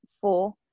four